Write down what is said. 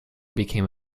became